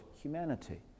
humanity